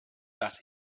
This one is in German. das